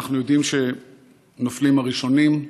אנחנו יודעים שנופלים הראשונים,